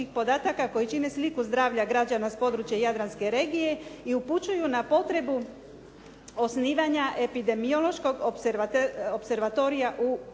Hvala Vam